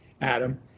Adam